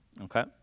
okay